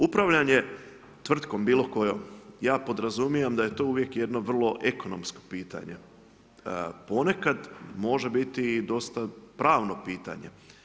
Upravljanje tvrtkom bilokojom, ja podrazumijevam da je to uvijek jedno vrlo ekonomsko pitanje. ponekad može biti i dosta pravno pitanje.